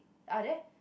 ah there